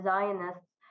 Zionists